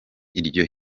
iryo